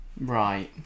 Right